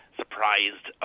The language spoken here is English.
surprised